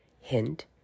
hint